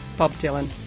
bob dylan?